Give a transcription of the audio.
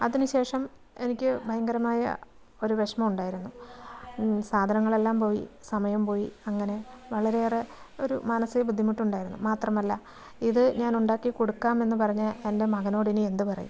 അതിനുശേഷം എനിക്ക് ഭയങ്കരമായ ഒരു വിഷമം ഉണ്ടായിരുന്നു സാധനങ്ങളെല്ലാം പോയി സമയം പോയി അങ്ങനെ വളരെയേറെ ഒരു മാനസിക ബുദ്ധിമുട്ടുണ്ടായിരുന്നു മാത്രമല്ല ഇത് ഞാൻ ഉണ്ടാക്കിക്കൊടുക്കാം എന്ന് പറഞ്ഞ എൻ്റെ മകനോടിനി എന്ത് പറയും